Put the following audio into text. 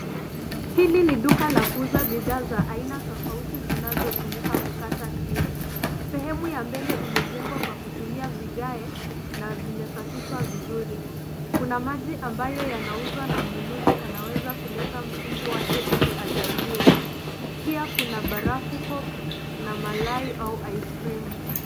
Hili ni duka la kuuza bidhaa za aina tofauti zinazotumika kukata kiu. Sehemu ya mbele imejengwa kwa kutumia vigae na vimesafishwa vizuri. Kuna maji ambayo yanauzwa na mnunuzi anaweza kuleta mtungi wake ili ajaziwe. Pia kuna barafu pop na malai au aiskrimu.